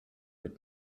mit